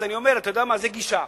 אז אני אומר: זו גישה.